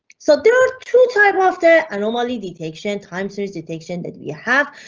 so there are two types of their anomaly, detection times detection that we have.